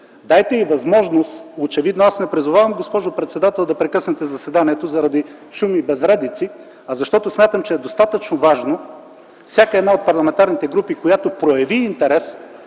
дайте й възможност. Очевидно аз не призовавам, госпожо председател, да прекъснете заседанието заради шум и безредици, а защото смятам, че е достатъчно важно всяка от парламентарните групи, която прояви интерес,